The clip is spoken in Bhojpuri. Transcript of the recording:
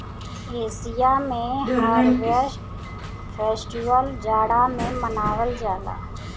एसिया में हार्वेस्ट फेस्टिवल जाड़ा में मनावल जाला